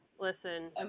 Listen